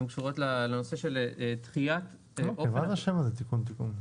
הן קשורות לנושא של דחיית אופן --- למה זה תיקון תיקון?